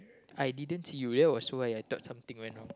I didn't see you that was why I thought something went wrong